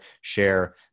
share